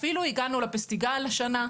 אפילו הגענו לפסטיגל השנה,